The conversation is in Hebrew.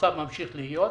המצב ממשיך להיות.